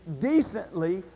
decently